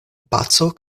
paco